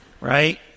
Right